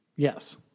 Yes